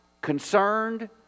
concerned